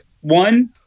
one